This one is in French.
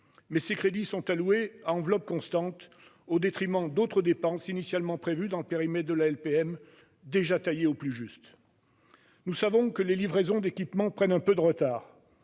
Mais ces crédits sont alloués à enveloppe constante, au détriment d'autres dépenses initialement prévues dans le périmètre de la LPM, déjà taillé au plus juste. Nous savons que les livraisons d'équipements prennent du retard.